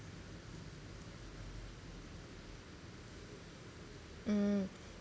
mm